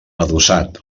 adossat